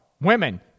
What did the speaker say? women